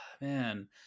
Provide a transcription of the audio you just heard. man